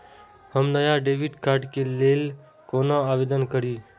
हम नया debit card के लल कौना आवेदन करि?